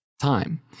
time